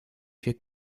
vier